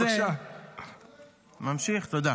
תודה.